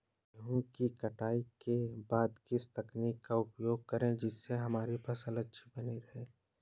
गेहूँ की कटाई के बाद किस तकनीक का उपयोग करें जिससे हमारी फसल अच्छी बनी रहे?